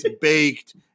baked